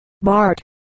Bart